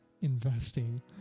investing